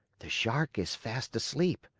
the shark is fast asleep.